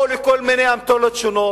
או לכל מיני אמתלות שונות,